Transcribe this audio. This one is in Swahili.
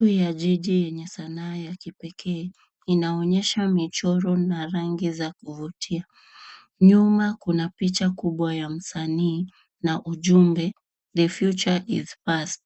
Huu ya jiji yenye sanaa ya kipekee. Inaonyesha michoro na rangi za kuvutia. Nyuma kuna picha kubwa ya msani na ujumbe, The future is past .